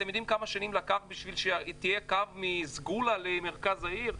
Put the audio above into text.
אתם יודעים כמה שנים לקח כדי שיהיה קו מסגולה למרכז העיר?